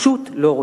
פשוט לא רוצה.